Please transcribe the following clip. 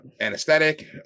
anesthetic